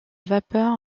vapeur